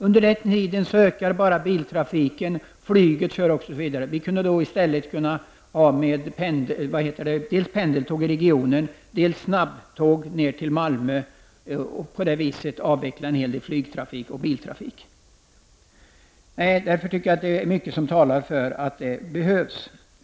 Under den tiden ökar biltrafiken och flygtrafiken. Vi kunde i stället med dels pendeltåg i regionen, dels snabbtåg till Malmö avveckla en del av biloch flygtrafiken. Det är mycket som talar för att pengarna behövs.